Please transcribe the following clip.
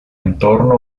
entorno